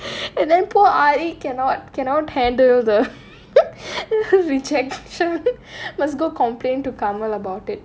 and then poor aari cannot cannot handle the rejection must go complain to someone about it